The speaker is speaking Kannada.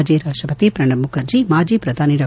ಮಾಜಿ ರಾಷ್ಟಪತಿ ಪ್ರಣಬ್ಮುಖರ್ಜಿ ಮಾಜಿ ಪ್ರಧಾನಿ ಡಾ